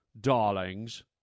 darlings